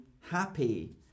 happy